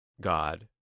God